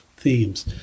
themes